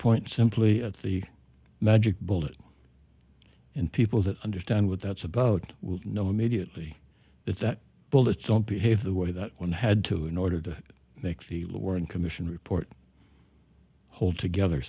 point simply at the magic bullet and people that understand what that's about we know immediately that that bullets don't behave the way that one had to in order to make the warren commission report hold together